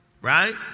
right